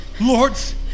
Lords